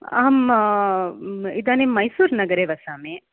अहम् इदानीं मैसुर्नगरे वसामि